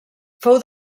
fou